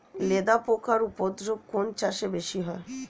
লেদা পোকার উপদ্রব কোন চাষে বেশি হয়?